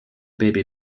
baby